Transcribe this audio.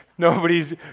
Nobody's